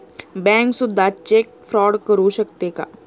Bank सुद्धा cheque fraud करू शकते का?